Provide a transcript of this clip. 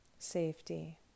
safety